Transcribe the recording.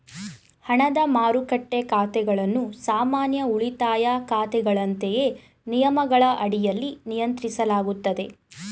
ಹಣದ ಮಾರುಕಟ್ಟೆ ಖಾತೆಗಳನ್ನು ಸಾಮಾನ್ಯ ಉಳಿತಾಯ ಖಾತೆಗಳಂತೆಯೇ ನಿಯಮಗಳ ಅಡಿಯಲ್ಲಿ ನಿಯಂತ್ರಿಸಲಾಗುತ್ತದೆ